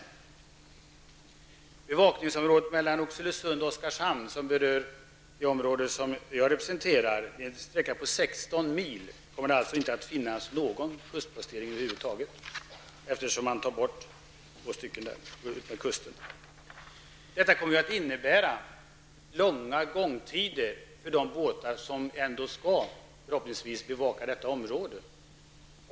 Inom bevakningsområdet mellan Oxelösund och Oskarshamn, som berör det område som jag representerar, vilket är en sträcka på 16 mil, kommer det alltså inte att finnas någon kustpostering över huvud taget, eftersom man där tar bort två. Detta kommer att innebära långa gångtider för de båtar som ändå förhoppningsvis skall bevaka detta område.